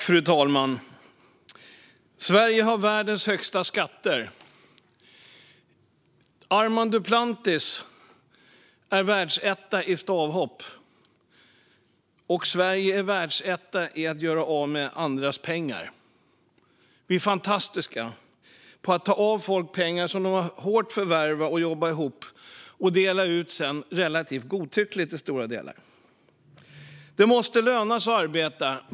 Fru talman! Sverige har världens högsta skatter. Armand Duplantis är världsetta i stavhopp, och Sverige är världsetta i att göra av med andras pengar. Vi är fantastiska på att ta ifrån folk pengar som de har förvärvat med hårt arbete och sedan dela ut de pengarna relativt godtyckligt. Det måste löna sig att arbeta.